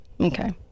okay